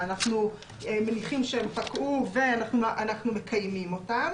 אנחנו מניחים שהן פקעו ואנחנו מקיימים אותן,